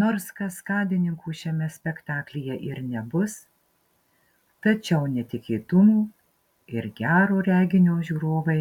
nors kaskadininkų šiame spektaklyje ir nebus tačiau netikėtumų ir gero reginio žiūrovai